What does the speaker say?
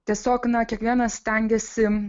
tiesiog na kiekvienas stengiasi